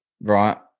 Right